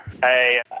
Hey